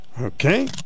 okay